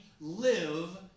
live